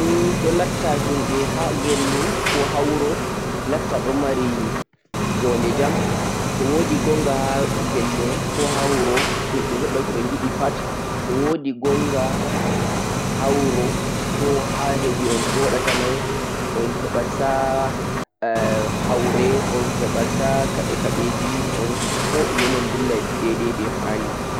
Gonga nii ɗon latta ha gelle koha wuro ɗon wadda njonde jam, to wodi gonga ha wuro himɓe mai lattan ɓeɗon mari adilaku. Nii mai hokkai on njonde jam be nasaraku